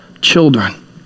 children